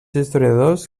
historiadors